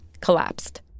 Collapsed